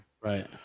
Right